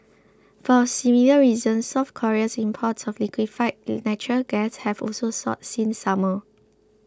for similar reasons South Korea's imports of liquefied natural gas have also soared since summer